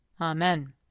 Amen